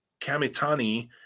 Kamitani